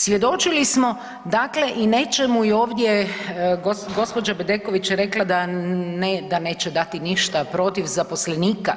Svjedočili smo dakle i nečemu je ovdje gospođa Bedeković rekla da neće dati ništa protiv zaposlenika,